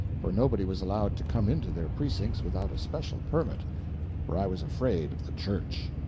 for nobody was allowed to come into their precincts without a special permit for i was afraid of the church.